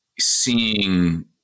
seeing